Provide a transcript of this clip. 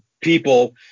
people